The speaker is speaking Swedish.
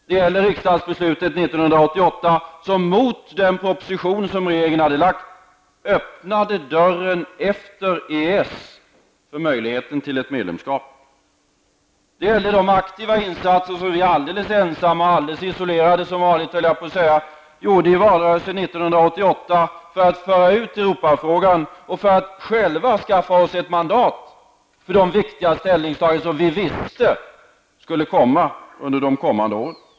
Det gäller riksdagsbeslutet 1988, som mot den proposition som regeringen hade framlagt öppnade dörren, för möjligheten till ett medlemskap efter EES. Det gällde de aktiva insatser som vi alldeles ensamma och -- som vanligt, höll jag på att säga -- alldeles isolerade gjorde i valrörelsen 1988 för att föra ut Europafrågan och för att själva skaffa oss ett mandat för de viktiga ställningstaganden som vi visste skulle komma under de följande åren.